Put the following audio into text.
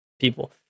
people